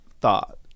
thought